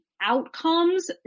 outcomes